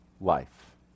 life